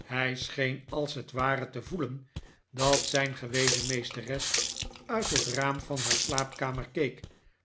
hij scheen als het ware te voelen dat zijn gewezen meesteres uit het raam van haar slaapkamer keek